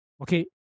okay